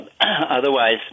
Otherwise